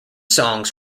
songs